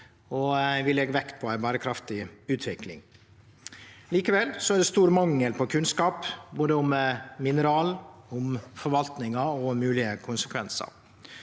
vi legg vekt på ei berekraftig utvikling. Likevel er det stor mangel på kunnskap både om mineral, om forvaltning og om moglege konsekvensar.